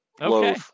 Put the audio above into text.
Okay